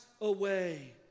away